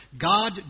God